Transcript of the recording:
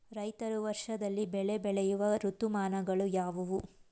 ರೈತರು ವರ್ಷದಲ್ಲಿ ಬೆಳೆ ಬೆಳೆಯುವ ಋತುಮಾನಗಳು ಯಾವುವು?